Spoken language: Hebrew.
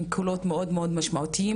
הם קולות מאוד מאוד משמעותיים.